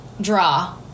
draw